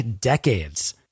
decades